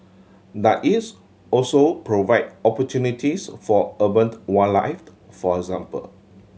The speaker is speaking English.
does is also provide opportunities for urban wildlife for example